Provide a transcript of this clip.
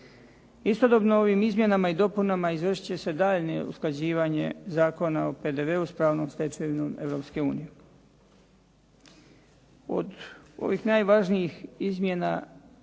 Istodobno ovim izmjenama i dopunama izvršit će se daljnje usklađivanje Zakona o PDV-u s pravnom stečevinom Europske unije. Od ovih najvažnijih izmjena